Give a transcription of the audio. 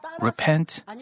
repent